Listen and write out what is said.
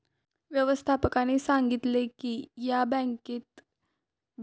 व्यवस्थापकाने सांगितले की या बँक घोटाळ्याची चौकशी ते करणार आहेत